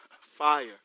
fire